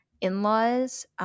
in-laws